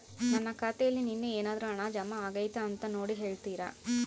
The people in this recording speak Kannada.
ನನ್ನ ಖಾತೆಯಲ್ಲಿ ನಿನ್ನೆ ಏನಾದರೂ ಹಣ ಜಮಾ ಆಗೈತಾ ಅಂತ ನೋಡಿ ಹೇಳ್ತೇರಾ?